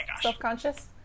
Self-conscious